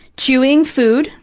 chewing food,